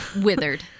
withered